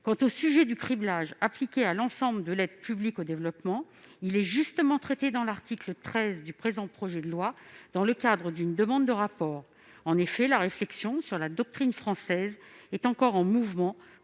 Quant au sujet du criblage appliqué à l'ensemble de l'aide publique au développement, il est justement traité à l'article 13 du présent projet de loi, dans le cadre d'une demande de rapport. En effet, la réflexion sur la doctrine française est encore en mouvement,